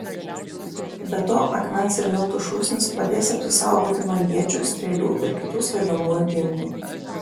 be to akmens ir miltų šūsnys padės apsisaugoti nuo iečių strėlių ir kitų svaidomųjų ginklų